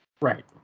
Right